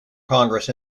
congress